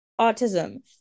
autism